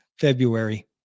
February